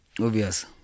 Obvious